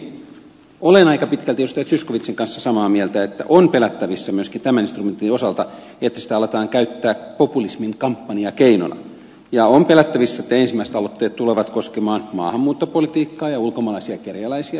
kuitenkin olen aika pitkälti edustaja zyskowiczin kanssa samaa mieltä että on pelättävissä myöskin tämän instrumentin osalta että sitä aletaan käyttää populismin kampanjakeinona ja on pelättävissä että ensimmäiset aloitteet tulevat koskemaan maahanmuuttopolitiikkaa ja ulkomaalaisia kerjäläisiä suomessa ja niin edelleen